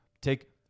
Take